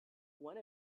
one